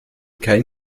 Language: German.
kein